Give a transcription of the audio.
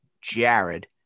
Jared